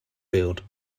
field